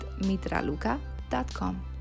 Mitraluka.com